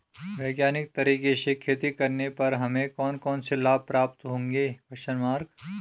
वैज्ञानिक तरीके से खेती करने पर हमें कौन कौन से लाभ प्राप्त होंगे?